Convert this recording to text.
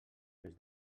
mes